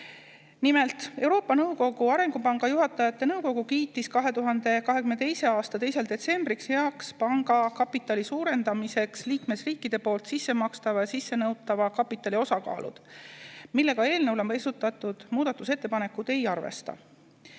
Nimelt, Euroopa Nõukogu Arengupanga juhatajate nõukogu kiitis 2022. aasta 2. detsembril heaks panga kapitali suurendamiseks liikmesriikide poolt sissemakstava ja sissenõutava kapitali osakaalud, millega eelnõu kohta esitatud muudatusettepanekud ei arvesta.